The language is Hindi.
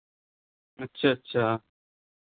अच्छा अच्छा